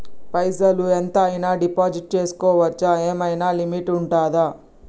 పైసల్ ఎంత అయినా డిపాజిట్ చేస్కోవచ్చా? ఏమైనా లిమిట్ ఉంటదా?